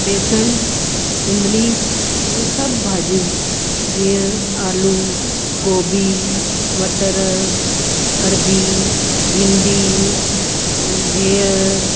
बेसणु इमली ऐं सभु भाॼियूं जीअं आलू गोभी मटर अरबी भिंडी बिहु